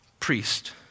priest